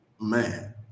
man